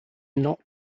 not